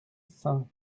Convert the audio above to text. saint